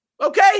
Okay